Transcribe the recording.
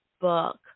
book